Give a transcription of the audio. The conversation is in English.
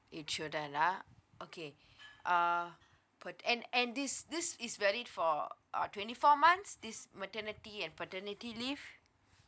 it shouldn't lah okay uh but and and this this is valid for uh twenty four months this maternity and paternity leave